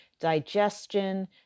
digestion